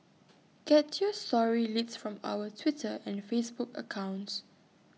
get your story leads from our Twitter and Facebook accounts